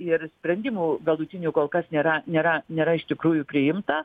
ir sprendimų galutinių kol kas nėra nėra nėra iš tikrųjų priimta